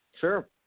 Sure